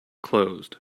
closed